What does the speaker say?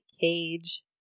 cage